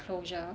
closure